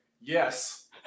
Yes